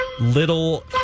Little